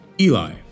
Eli